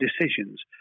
decisions